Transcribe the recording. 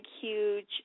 huge